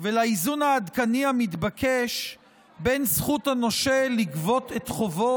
ולאיזון העדכני המתבקש בין זכות הנושה לגבות את חובו